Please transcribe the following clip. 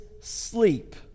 sleep